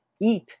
eat